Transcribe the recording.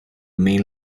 main